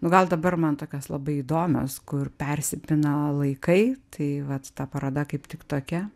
nu gal dabar man tokios labai įdomios kur persipina laikai tai vat ta paroda kaip tik tokia